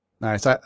Nice